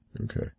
Okay